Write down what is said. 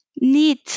need